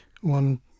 one